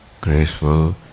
Graceful